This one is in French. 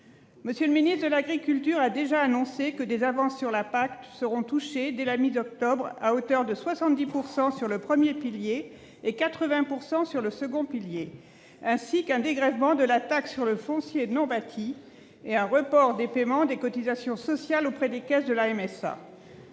M. le ministre de l'agriculture a déjà annoncé que des avances sur la PAC seront touchées dès la mi-octobre, à hauteur de 70 % sur le premier pilier et de 80 % sur le second pilier. Il a également annoncé un dégrèvement de la taxe sur le foncier non bâti et un report des paiements des cotisations sociales auprès des caisses de la MSA,